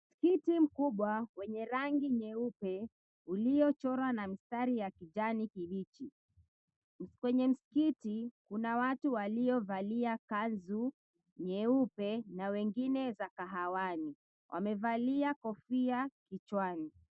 Msikiti mkubwa wenye rangi nyeupe uliochorwa na mistari ya kijani kibichi. Kwenye msikiti kuna watu waliovalia kanzu nyeupe na wengine za kahawani. Wamevalia kofia kichwani.